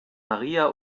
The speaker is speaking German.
maria